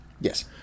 Yes